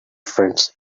friends